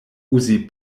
uzi